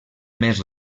més